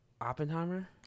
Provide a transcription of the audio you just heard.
Oppenheimer